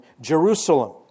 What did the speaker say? Jerusalem